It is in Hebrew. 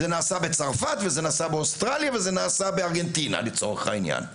זה נעשה בצרפת וזה נעשה באוסטרליה וזה נעשה בארגנטינה לצורך העניין.